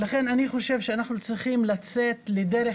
לכן אני חושב שאנחנו צריכים לצאת לדרך